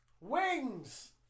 Wings